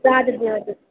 खादितवती